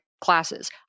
classes